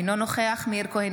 אינו נוכח מאיר כהן,